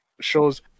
shows